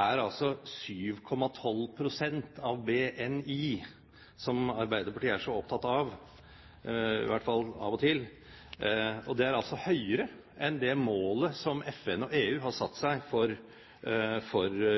er altså 7,12 pst. av BNI, som Arbeiderpartiet er så opptatt av – i hvert fall av og til. Det er høyere enn det målet som FN og EU har satt seg for